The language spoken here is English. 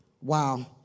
Wow